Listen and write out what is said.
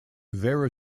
there